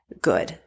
good